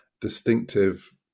distinctive